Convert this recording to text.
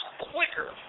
quicker